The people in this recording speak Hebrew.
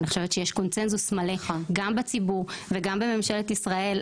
אני חושבת שיש קונצנזוס מלא גם בציבור וגם בממשלת ישראל,